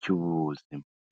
cy'ubuzima.